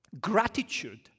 Gratitude